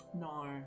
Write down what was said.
No